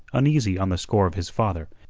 uneasy on the score of his father,